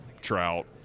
trout